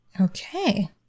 Okay